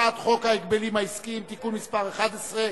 הצעת חוק ההגבלים העסקיים (תיקון מס' 11),